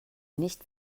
nicht